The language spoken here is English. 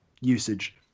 usage